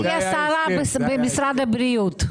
היא תהיה שרה במשרד הבריאות.